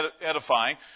edifying